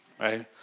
right